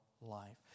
life